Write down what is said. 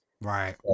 right